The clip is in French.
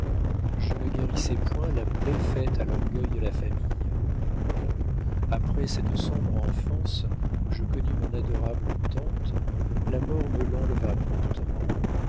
je ne guérissais point la plaie faite à l'orgueil de la famille quand après cette sombre enfance je connus mon adorable tante la mort me l'enleva promptement